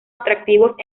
atractivos